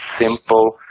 simple